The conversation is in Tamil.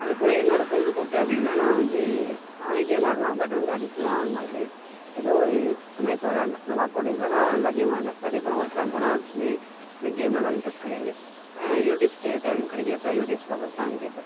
அதில் போல் என்னோட பொழுது போக்கு அப்படினா நான் வந்து நான் கேம் ஆடுவேன் பட் வந்து அடிக்லாம் ஆனது கிடையாது எதோ ஒரு சமயத்தில் விளையாண்டன் இந்த லாக் டௌன் டைத்தில்லாம் நல்லா கேம் விளாண்ட பட் இப்போ நான் ஒர்க்குலாம் போனால் ஆக்சுவலி இந்த கேம்லலாம் இன்ட்ரெஸ்ட் கிடையாது யூடியூப்ஸ் டைம் கடைக்குறப்போ யூடியூப்ஸ் பார்ப்பன் சாங் கேப்பேன்